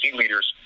leaders